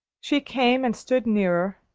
she came and stood nearer,